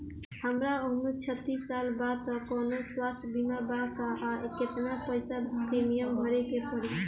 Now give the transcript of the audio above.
हमार उम्र छत्तिस साल बा त कौनों स्वास्थ्य बीमा बा का आ केतना पईसा प्रीमियम भरे के पड़ी?